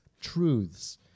truths